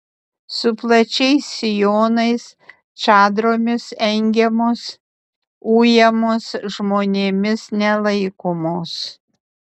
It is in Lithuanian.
su plačiais sijonais čadromis engiamos ujamos žmonėmis nelaikomos